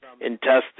intestine